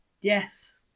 Yes